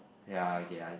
ya okay I